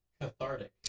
cathartic